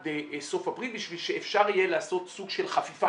סוף אפריל בשביל שאפשר יהיה לעשות סוג של חפיפה,